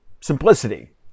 Simplicity